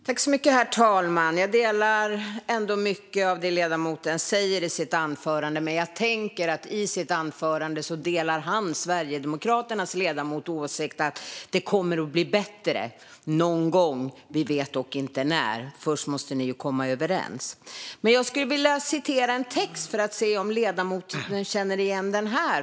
Herr talman! Jag instämmer ändå i mycket av det ledamoten säger i sitt anförande. Men jag tänker att han i sitt anförande också instämmer i Sverigedemokraternas ledamots åsikt om att det kommer att bli bättre, någon gång. Vi vet dock inte när. Först måste ni ju komma överens. Jag skulle vilja citera en text och se om ledamoten känner igen den.